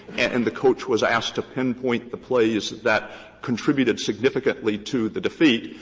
and the coach was asked to pinpoint the plays that contributed significantly to the defeat,